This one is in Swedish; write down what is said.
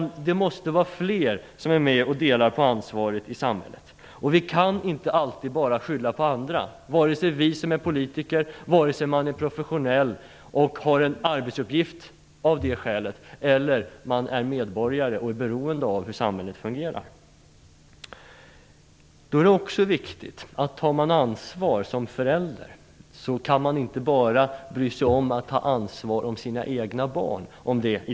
Fler måste vara med och dela på ansvaret i samhället. Vi kan inte alltid skylla på andra, vare sig vi är politiker, professionella som har en arbetsuppgift av det skälet eller medborgare som är beroende av hur samhället fungerar. Om man tar ansvar som förälder i den här rollen kan man inte bara ta ansvar för sina egna barn.